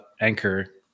Anchor